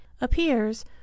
appears